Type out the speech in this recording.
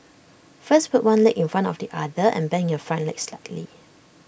first put one leg in front of the other and bend your front leg slightly